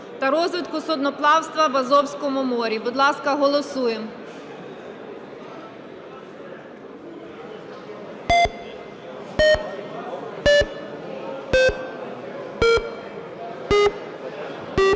та розвитку судноплавства в Азовському морі. Будь ласка, голосуємо.